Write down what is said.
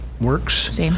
works